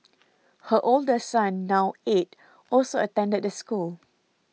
her older son now eight also attended the school